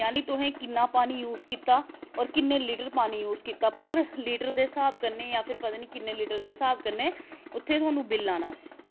यानि तुसें कि'न्ना पानी यूस कीता होर कि'न्ने लीटर पानी यूस कीता पर लीटर दे स्हाब कन्नै जां फिर पता निं कि'न्ने लीटर दे स्हाब कन्नै उ'त्थें थाह्नूं बिल आना